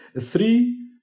Three